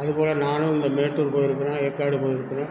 அதுபோல் நானும் அந்த மேட்டூர் போயிருக்கிறேன் ஏற்காடு போயிருக்கிறேன்